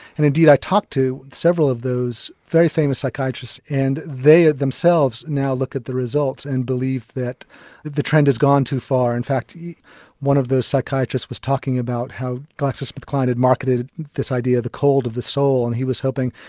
and indeed i talked to several of those very famous psychiatrists and they themselves now look at the results and believe that the trend has gone too far. in fact one of those psychiatrists was talking about how glaxo smith kline had marketed this idea of the cold of the soul, and he was hoping,